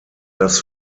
das